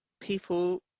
people